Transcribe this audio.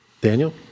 Daniel